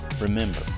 remember